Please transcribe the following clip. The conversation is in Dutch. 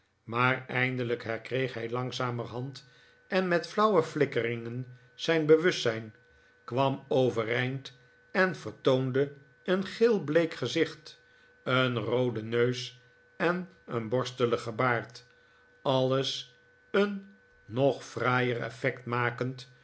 maar eindelijk herkreeg hij langzamerhand en met flauwe flikkeringen zijn bewustzijn kwam overeind en vertoonde een geelbleek gezicht een rooden neus en een borsteligen baard alles een nog fraaier effect makend